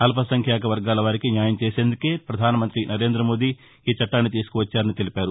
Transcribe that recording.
అల్పసంఖ్యాక వర్గాలవారికి న్యాయం చేసేందుకే ప్రధాన మంతి నరేంద మోదీ ఈ చట్టాన్ని తీసుకువచ్చారని తెలిపారు